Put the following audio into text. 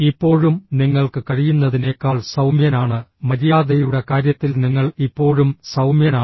ഇപ്പോഴും നിങ്ങൾക്ക് കഴിയുന്നതിനേക്കാൾ സൌമ്യനാണ് മര്യാദയുടെ കാര്യത്തിൽ നിങ്ങൾ ഇപ്പോഴും സൌമ്യനാണോ